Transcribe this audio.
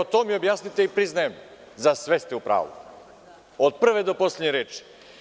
To mi objasnite i priznajem – za sve ste u pravu, od prve do poslednje reči.